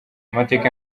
amateka